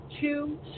two